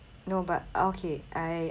no but okay I